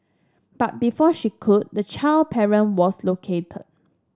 but before she could the child parent was located